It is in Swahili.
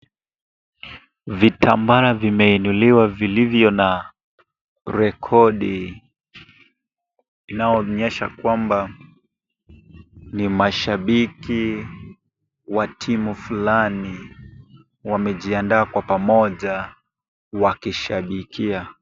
Vitambaa vimeinuliwa vilivyo na rekodi inayoonyesha kwamba ni mashabiki wa timu fulani, wamejiandaa kwa pamoja wakishabikia.